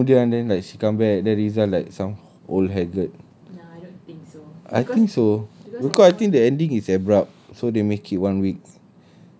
tiga tahun kemudian then like she come back then rizal like old haggard I think so because I think the ending is abrupt so they make it one week